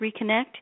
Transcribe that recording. reconnect